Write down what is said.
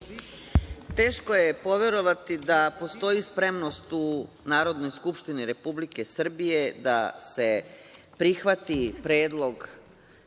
Teško je poverovati da postoji spremnost u Narodnoj skupštini Republike Srbije da se prihvati predlog